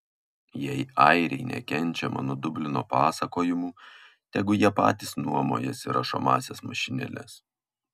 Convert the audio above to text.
jei airiai nekenčia mano dublino pasakojimų tegu jie patys nuomojasi rašomąsias mašinėles